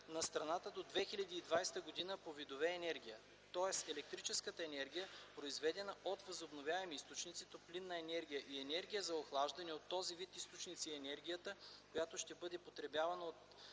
на страната до 2020 г. по видове енергия. Тоест, електрическа енергия, произведена от възобновяеми източници, топлинна енергия и енергия за охлаждане от този вид източници и енергията, която ще бъде потребявана от